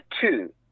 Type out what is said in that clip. two